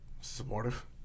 Supportive